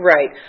Right